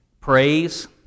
praise